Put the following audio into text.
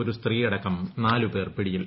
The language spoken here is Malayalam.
ഒരു സ്ത്രീയടക്കം നാല് പേർ പിടിയിൽ